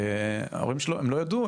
הוריו לא ידעו.